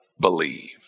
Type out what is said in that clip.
believe